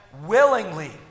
willingly